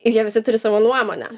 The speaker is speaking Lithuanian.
ir jie visi turi savo nuomonę